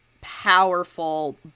powerful